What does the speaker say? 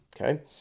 okay